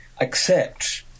accept